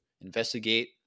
investigate